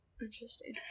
Interesting